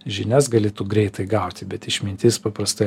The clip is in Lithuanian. žinias galėtų greitai gauti bet išmintis paprastai